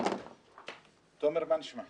חבר הכנסת סעדי